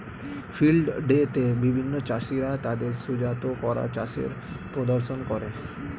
field day তে বিভিন্ন চাষীরা তাদের সুজাত করা চাষের প্রদর্শন করে